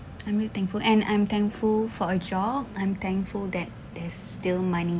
I'm really thankful and I'm thankful for a job I'm thankful that there's still money